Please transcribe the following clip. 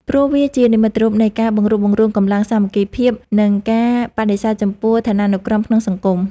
ព្រោះវាជានិមិត្តរូបនៃការបង្រួបបង្រួមកម្លាំងសាមគ្គីភាព និងការបដិសេធចំពោះឋានានុក្រមក្នុងសង្គម។